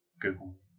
Google